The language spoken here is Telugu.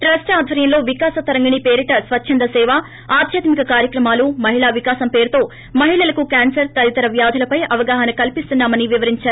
ట్రస్ట్ ఆధ్వర్యంలో వికాస తరంగిణి పేరిట స్వచ్చంద సేవ ఆధ్యాత్మిక కార్యక్రమాలు మహిళా వికాసం పేరుతో మహిళలకు కాన్సర్ తదితర వ్యాధులపై అవగాహనా కల్పిస్తున్నా మని వివరించారు